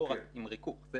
לא רק עם ריכוך.